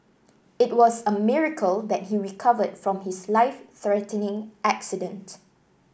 it was a miracle that he recovered from his life threatening accident